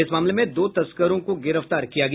इस मामले में दो तस्करों को गिरफ्तार किया गया